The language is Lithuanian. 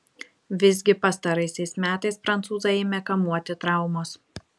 visgi pastaraisiais metais prancūzą ėmė kamuoti traumos